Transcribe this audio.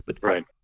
Right